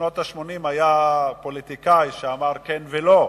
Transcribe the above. בשנות ה-80 היה פוליטיקאי שאמר "כן ולא"